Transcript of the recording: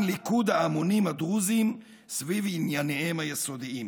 ליכוד ההמונים הדרוזים סביב ענייניהם היסודיים",